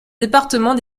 département